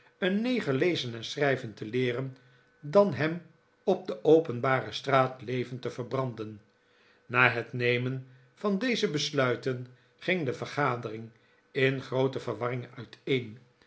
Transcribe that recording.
een neger lezen en schrijven te leeren dan hem op de openbare straat levend te verbranden na het nemen van deze besluiten ging de vergadering in groote verwarring uiteen